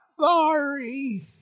sorry